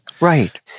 Right